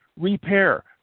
repair